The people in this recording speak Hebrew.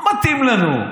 לא מתאים לנו.